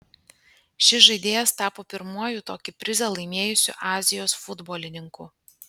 šis žaidėjas tapo pirmuoju tokį prizą laimėjusiu azijos futbolininku